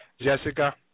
Jessica